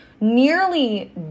nearly